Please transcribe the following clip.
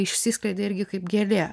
išsiskleidė irgi kaip gėlė